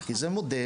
כי זה מודל,